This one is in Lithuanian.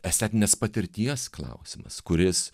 estetinės patirties klausimas kuris